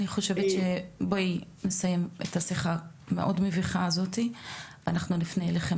אני חושבת שבואי נסיים את השיחה המאוד מביכה הזאתי ואנחנו נפנה אליכם